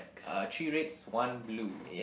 uh three reds one blue